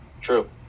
True